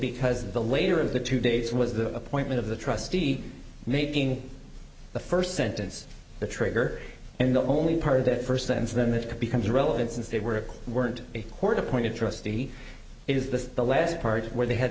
because the later of the two days was the appointment of the trustee making the first sentence the trigger and the only part of that first sentence then that could become irrelevant since they were weren't a court appointed trustee is this the last part where they had